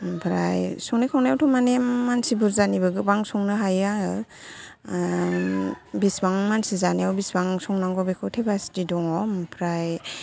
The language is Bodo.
ओमफ्राइ संनाय खावनायावथ' माने मानसि बुरजानिबो गोबां संनो हायो आङो बिसिबां मानसि जानायाव बिसिबां संनांगौ बेखौ केफासिटि दङ ओमफ्राइ